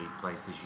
places